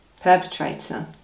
perpetrator